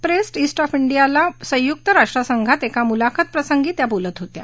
press उट्ट of डियाला संयुक्त राष्ट्र संघात एका मुलाखत प्रसंगी त्या बोलत होत्या